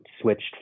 switched